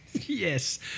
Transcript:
Yes